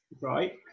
right